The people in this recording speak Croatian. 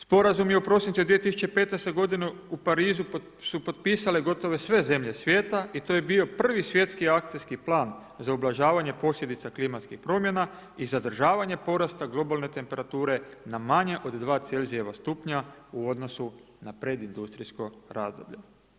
Sporazum je u prosincu 2015. godine u Parizu su potpisale gotovo sve zemlje svijeta i to je bio prvi svjetski akcijski plan za ublažavanje posljedica klimatskih promjena i zadržavanje porasta globalne temperature na manje od 2 celzijeva stupnja u odnosu na predindustrijsko razdoblje.